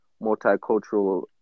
multicultural